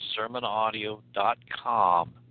sermonaudio.com